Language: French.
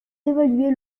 d’évaluer